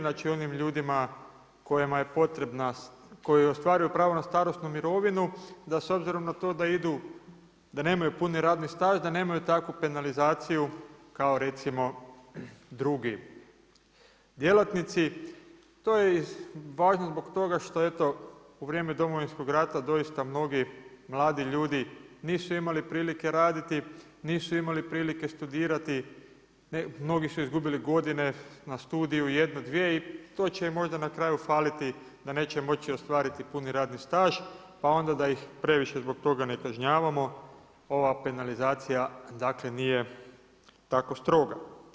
Znači onim ljudima koji ostvaruju pravo na starosnu mirovinu, da s obzirom na to da nemaju puni radni staž, da nemaju takvu penalizaciju, kao recimo drugi djelatnici, to je iz važno zbog toga, što eto u vrijeme Domovinskog rata, doista mnogi mladi ljudi nisu imali prilike raditi, nisu imali prilike studirati, mnogi su izgubili godine na studiju, jednu dvije i to će im možda na kraju faliti, da neće moći ostvariti puni radni staž, pa onda da ih previše zbog toga ne kažnjavamo, ova penalizacija, dakle, nije tako stroga.